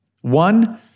one